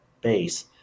base